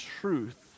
truth